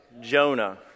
Jonah